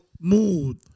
mood